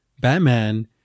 batman